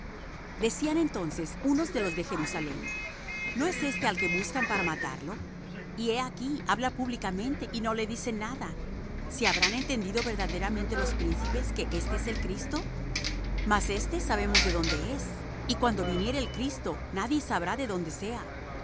decían entonces unos de los de jerusalem no es éste al que buscan para matarlo y he aquí habla públicamente y no le dicen nada si habrán entendido verdaderamente los príncipes que éste es el cristo mas éste sabemos de dónde es y cuando viniere el cristo nadie sabrá de dónde sea